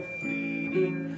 fleeting